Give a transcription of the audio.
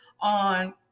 on